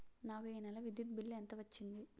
నాకు ఈ నెల విద్యుత్ బిల్లు ఎంత వచ్చింది?